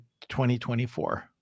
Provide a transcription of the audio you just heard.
2024